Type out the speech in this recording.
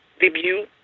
debut